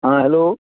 हाँ हेलो